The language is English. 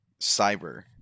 cyber